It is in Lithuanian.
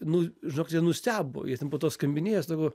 nu žinokite nustebo jie ten po to skambinėjo sako